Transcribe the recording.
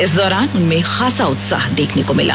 इस दौरान उनमें खास उत्साह देखने को मिला